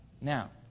Now